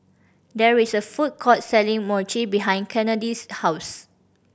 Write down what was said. there is a food court selling Mochi behind Kennedi's house